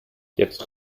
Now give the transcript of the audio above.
jetzt